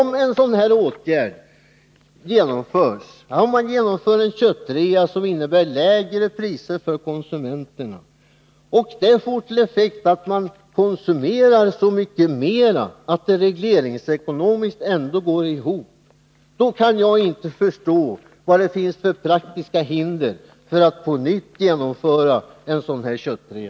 Om en sådan här åtgärd genomförs, dvs. en köttrea som innebär lägre priser för konsumenterna, och det får till effekt att människor konsumerar så mycket mera att det regleringsekonomiskt går ihop, kan jag inte förstå vilka de praktiska hindren är för att på nytt genomföra en köttrea.